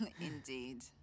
Indeed